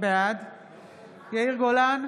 בעד יאיר גולן,